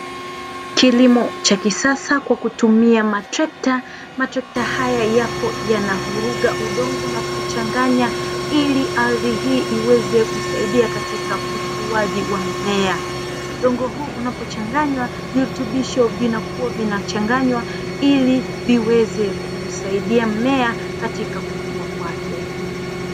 Kilimo cha kisasa kwa kutumia matrekta, matrekta haya yapo yanavuruga udongo na kuuchanganya ili ardhi hii iweze kusaidia katika ukuaji wa mimea. Udongo huu unapochanganywa virutubisho vinakuwa vinachanganywa ili viweze kuusaidia mmea katika kukua kwake.